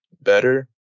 better